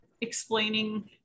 explaining